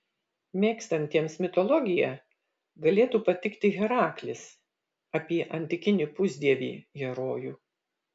mėgstantiems mitologiją galėtų patikti heraklis apie antikinį pusdievį herojų